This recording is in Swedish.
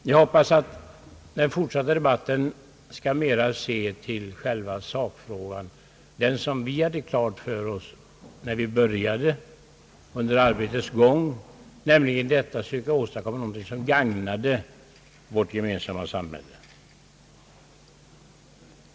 Jag hoppas att den fortsatta debatten skall mera se till själva sakfrågan, den som vi hade klar för oss när vi började och under arbetets gång, nämligen angelägenheten att söka åstadkomma någonting som gagnar vårt gemensamma samhälle.